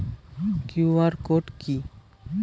QR code কি?